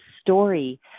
story